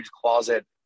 closet